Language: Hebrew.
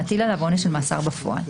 להטיל עליה עונש של מאסר בפועל,